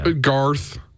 Garth